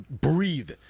breathe